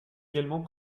également